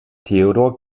theodor